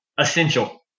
Essential